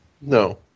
No